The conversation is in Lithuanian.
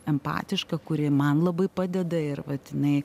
empatišką kuri man labai padeda ir vat jinai